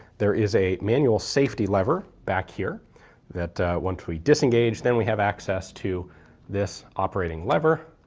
there is a manual safety lever back here that, once we disengage, then we have access to this operating lever.